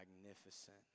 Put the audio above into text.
magnificent